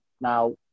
Now